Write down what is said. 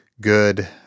good